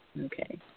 okay